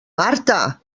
marta